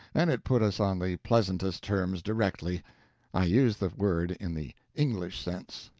and it put us on the pleasantest terms directly i use the word in the english sense.